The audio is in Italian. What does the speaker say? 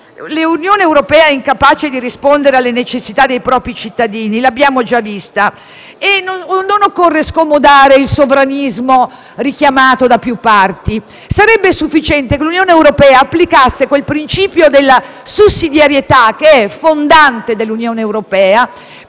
un'Unione europea incapace di rispondere alle necessità dei propri cittadini l'abbiamo già vista e non occorre scomodare il sovranismo richiamato da più parti; sarebbe sufficiente che l'Unione europea applicasse il proprio principio fondante della sussidiarietà,